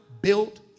built